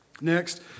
Next